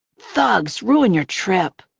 thugs, ruin your trip.